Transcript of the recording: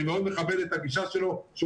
ואני מאוד מכבד את הגישה שלו לפיה